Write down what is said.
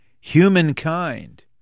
humankind